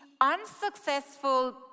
unsuccessful